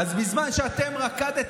חבריי חברי